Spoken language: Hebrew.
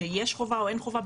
שיש חובה או אין חובה,